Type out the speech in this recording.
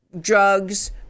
drugs